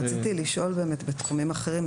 רציתי לשאול באמת בתחומים אחרים,